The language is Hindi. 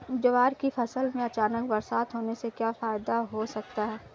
ज्वार की फसल में अचानक बरसात होने से क्या फायदा हो सकता है?